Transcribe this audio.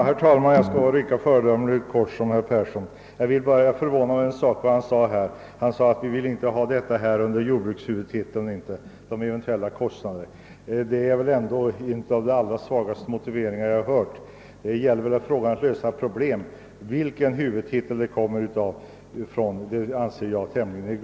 Herr talman! Jag skall fatta mig lika föredömligt kort som herr Persson i Skänninge. Jag blev förvånad över att herr Persson sade att han inte vill att de eventuella kostnaderna skall gå över jordbrukshuvudtiteln. Det är en av de allra svagaste motiveringar jag har hört. Här gäller det att lösa ett glesbygdsproblem; till vilken huvudtitel det hör anser jag vara egalt.